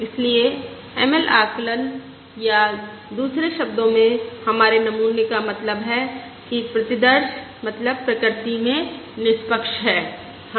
इसलिए एमएल आकलन या दूसरे शब्दों में हमारे नमूने का मतलब है कि प्रतिदर्श मतलब प्रकृति में निष्पक्ष है हाँ